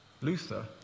Luther